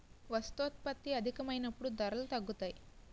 వస్తోత్పత్తి అధికమైనప్పుడు ధరలు తగ్గుతాయి